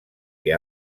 que